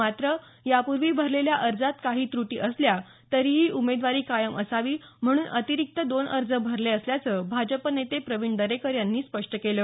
मात्र यापूर्वी भरलेल्या अर्जात काही त्रटी असल्या तरीही उमेदवारी कायम असावी म्हणून अतिरिक्त दोन अर्ज भरले असल्याचं भाजप नेते प्रवीण दरेकर यांनी स्पष्ट केलं